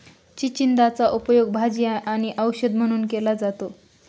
चिचिंदाचा उपयोग भाजी आणि औषध म्हणून केला जातो